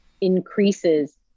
increases